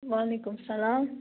وعلیکُم سَلام